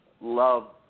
love